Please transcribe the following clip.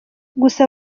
gusa